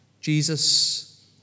Jesus